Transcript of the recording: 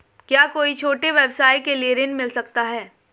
क्या कोई छोटे व्यवसाय के लिए ऋण मिल सकता है?